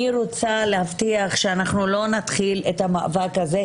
אני רוצה להבטיח שלא נתחיל את המאבק הזה,